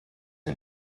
ein